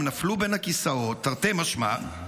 הם נפלו בין הכיסאות תרתי משמע.